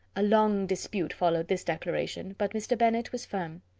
a long dispute followed this declaration but mr. bennet was firm.